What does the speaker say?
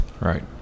Right